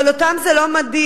אבל אותם זה לא מדאיג.